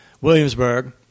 Williamsburg